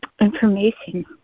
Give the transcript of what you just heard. information